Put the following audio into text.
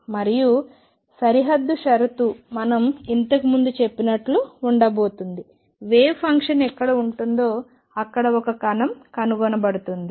మరియు సరిహద్దు షరతు మనం ఇంతకు ముందు చెప్పినట్లు ఉండబోతోంది వేవ్ ఫంక్షన్ ఎక్కడ ఉంటుందో అక్కడ ఒక కణం కనుగొనబడుతుంది